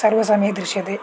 सर्वं समये दृश्यते